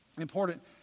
important